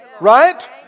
Right